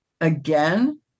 again